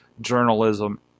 journalism